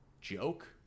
joke